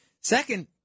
Second